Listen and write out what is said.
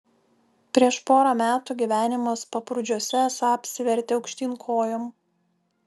prieš porą metų gyvenimas paprūdžiuose esą apsivertė aukštyn kojom